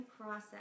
process